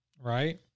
right